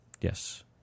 yes